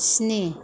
स्नि